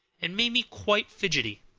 and made me quite fidgety.